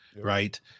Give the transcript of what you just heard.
right